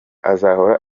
azahora